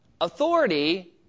Authority